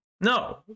No